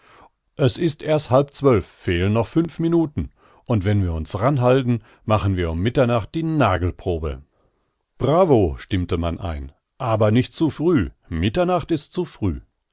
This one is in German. es ist erst halb zwölf fehlen noch fünf minuten und wenn wir uns ran halten machen wir um mitternacht die nagelprobe bravo stimmte man ein aber nicht zu früh mitternacht ist zu früh